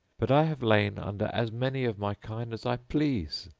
but i have lain under as many of my kind as i please,